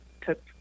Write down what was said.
took